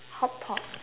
hotpot